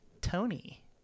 Tony